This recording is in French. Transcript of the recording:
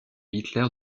hitler